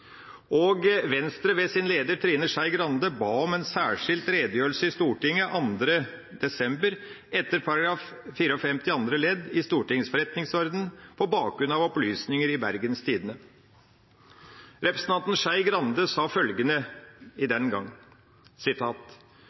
og Venstre ved sin leder, Trine Skei Grande, ba om en særskilt redegjørelse i Stortinget 2. desember etter § 54 andre ledd i Stortingets forretningsorden på bakgrunn av opplysninger i Bergens Tidende. Representanten Skei Grande sa følgende den gang: